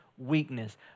weakness